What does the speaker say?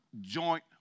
joint